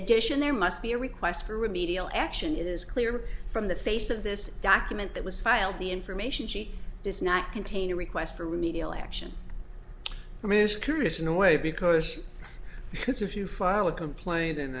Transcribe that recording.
addition there must be a request for remedial action it is clear from the face of this document that was filed the information she does not contain a request for remedial action i mean it's curious in a way because if you file a complaint in